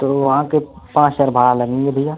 तो वहाँ के पाँच हजार भाड़ा लगेंगे भैया